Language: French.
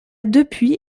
depuis